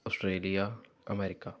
Australia America